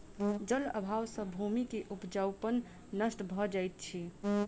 जल अभाव सॅ भूमि के उपजाऊपन नष्ट भ जाइत अछि